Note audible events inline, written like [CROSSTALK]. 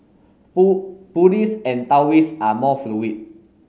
[UNINTELLIGIBLE] Buddhists and Taoists are more fluid